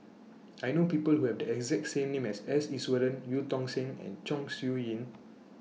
I know People Who Have The exact name as S Iswaran EU Tong Sen and Chong Siew Ying